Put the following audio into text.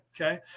Okay